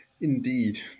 Indeed